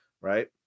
right